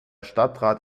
stadtrat